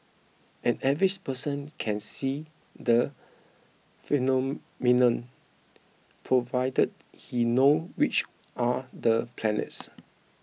an average person can see the phenomenon provided he knows which are the planets